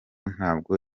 ntabwo